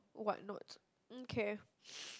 what nots um kay